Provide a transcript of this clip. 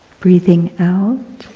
breathing out,